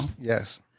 Yes